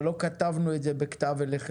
אבל לא כתבנו את זה בכתב אליכם.